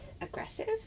aggressive